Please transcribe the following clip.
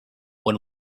when